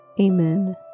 Amen